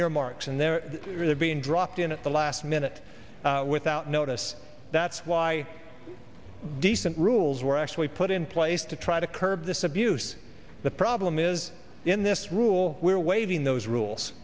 earmarks and they're really being dropped in at the last minute without notice that's why decent rules were actually put in place to try to curb this abuse the problem is in this rule we're waiving those rules